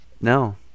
No